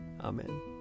Amen